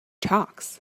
talks